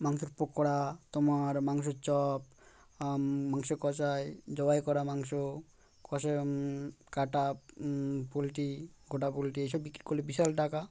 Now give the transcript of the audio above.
মাংসের পকোড়া তোমার মাংসের চপ মাংস কসাই জবাই করা মাংস কষায় কাটা পোলট্রি গোটা পোলট্রি এইসব বিক্রি করলে বিশাল টাকা